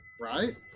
right